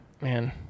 Man